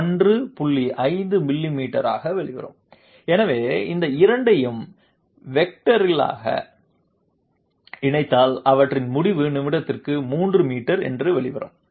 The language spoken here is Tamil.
5 மில்லிமீட்டராக வெளிவரும் எனவே இந்த இரண்டையும் வெக்டோரியலாக இணைத்தால் அவற்றின் முடிவு நிமிடத்திற்கு 3 மீட்டர் என்று வெளிவரும்